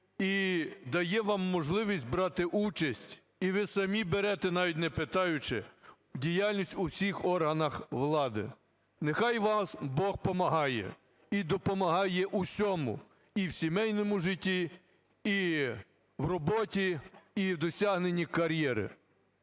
і дає вам можливість брати участь, і ви самі берете, навіть не питаючи, діяльність в усіх органах влади. Нехай вам Бог помагає і допомагає в усьому: і в сімейному житті, і в роботі, і в досягненні кар'єри.